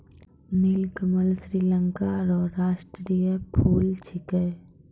नीलकमल श्रीलंका रो राष्ट्रीय फूल छिकै